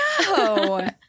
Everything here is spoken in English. no